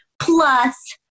plus